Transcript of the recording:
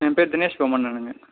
ஏன் பேர் தினேஷ்வர்மனனுங்க